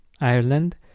Ireland